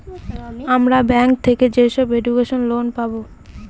আমরা ব্যাঙ্ক থেকে যেসব এডুকেশন লোন পাবো